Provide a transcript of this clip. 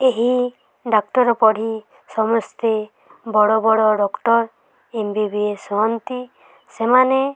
ଏହି ଡାକ୍ତର ପଢ଼ି ସମସ୍ତେ ବଡ଼ ବଡ଼ doctor M B B S ହୁଅନ୍ତି ସେମାନେ